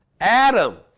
Adam